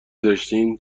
داشتین